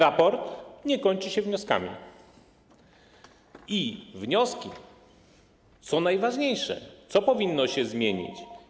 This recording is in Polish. Raport nie kończy się wnioskami, a wnioski są najważniejsze, wskazanie, co powinno się zmienić.